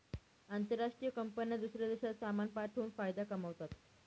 आंतरराष्ट्रीय कंपन्या दूसऱ्या देशात सामान पाठवून फायदा कमावतात